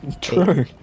True